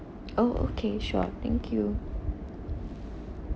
oh okay sure thank you